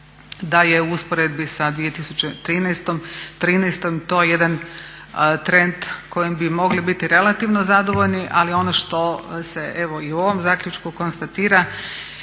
da je u usporedbi sa 2013. to jedan trend kojim bi mogli biti relativno zadovoljni ali ono što se evo i u ovom zaključku konstatira